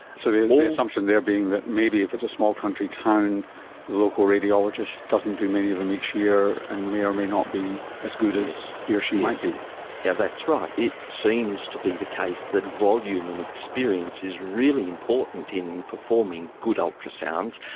so the assumption there being that maybe if it's a small country town the local radiologist doesn't do many of them each year and may or may not be as good as he or she might be. yeah that's right. it seems to be the case that volume and experience is really important in performing good ultrasounds,